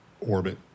orbit